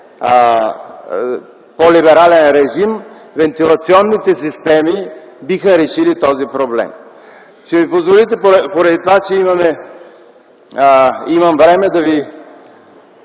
по-либерален режим, вентилационните системи биха решили този проблем. Ще ми позволите - поради това, че имам време - да Ви